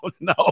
no